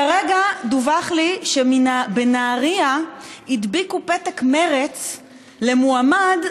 כרגע דווח לי שבנהריה הדביקו פתק מרצ למועמד,